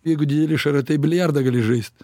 jeigu dideli šaratai biliardą gali žaist